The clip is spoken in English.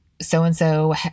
so-and-so